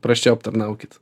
prasčiau aptarnaukit